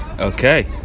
Okay